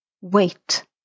Wait